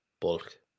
bulk